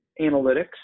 analytics